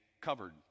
covered